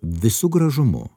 visu gražumu